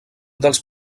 dels